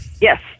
Yes